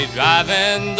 driving